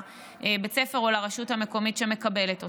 בית הספר או לרשות המקומית שמקבלת אותם.